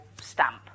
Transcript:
stamp